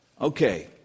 Okay